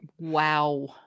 Wow